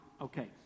Okay